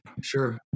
sure